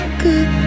good